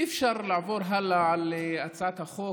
אי-אפשר לעבור הלאה על הצעת החוק.